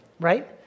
right